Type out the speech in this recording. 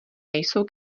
nejsou